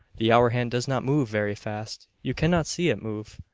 the hour hand does not move very fast, you cannot see it move.